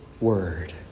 word